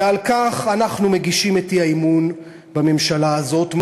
ועל כך אנחנו מגישים את האי-אמון בממשלה הזאת,